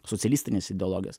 socialistinias ideologijas